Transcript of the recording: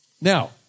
Now